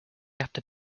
after